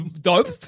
dope